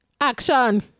Action